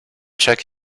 check